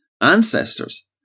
Ancestors